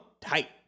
tight